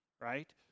Right